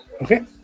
Okay